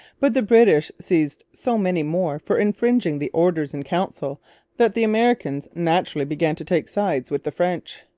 but the british seized so many more for infringing the orders-in-council that the americans naturally began to take sides with the french.